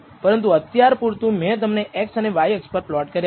પરંતુ અત્યાર પૂરતું મેં તેમને x અને y અક્ષ પર પ્લોટ કર્યા છે